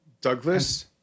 Douglas